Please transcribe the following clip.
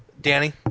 Danny